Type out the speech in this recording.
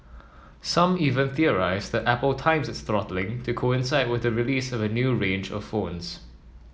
some even theorised that Apple times its throttling to coincide with the release of a new range of phones